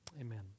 Amen